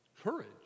courage